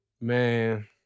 Man